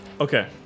Okay